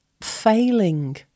failing